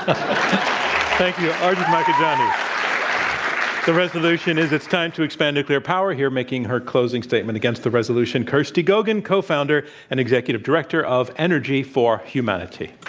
arjun makhijani. um the resolution is it's time to expand nuclear power. here, making her closing statement against the resolution, kirsty gogan, co-founder and executive director of energy for humanity.